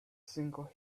single